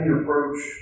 approach